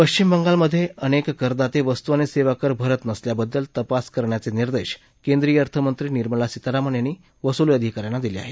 पश्चिम बंगालमधे अनेक करदाते वस्तू आणि सेवा कर भरत नसल्याबद्दल तपास करण्याचे निदेश केंद्रीय अर्थमंत्री निर्मला सीतारामन यांनी वसुली अधिकाऱ्यांना दिले आहेत